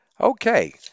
okay